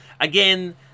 Again